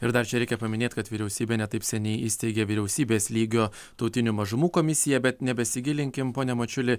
ir dar čia reikia paminėt kad vyriausybė ne taip seniai įsteigė vyriausybės lygio tautinių mažumų komisiją bet nebesigilinkim pone mačiuli